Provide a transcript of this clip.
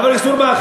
חבר הכנסת אורבך,